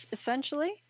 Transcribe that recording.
essentially